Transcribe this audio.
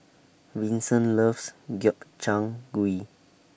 Vincent loves Gobchang Gui